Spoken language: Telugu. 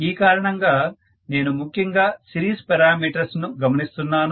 ఈ కారణంగా నేను ముఖ్యంగా సీరీస్ పారామీటర్స్ ను గమనిస్తున్నాను